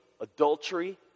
adultery